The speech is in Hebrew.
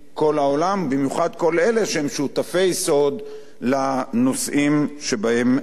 במיוחד כל אלה שהם שותפי סוד לנושאים שבהם מדובר.